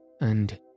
and